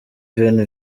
veni